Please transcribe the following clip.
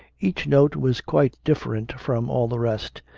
each note was quite different from all the rest,